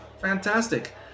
Fantastic